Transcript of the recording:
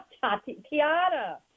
Tatiana